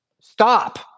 stop